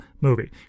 movie